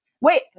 Wait